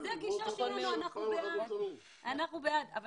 זו הגישה שלנו, אנחנו בעד, אבל